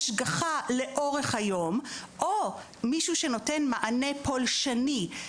השגחה לאורך היום או מישהו שנותן מענה פולשני,